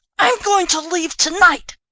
i'm going to leave to-night.